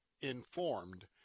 informed